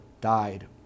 died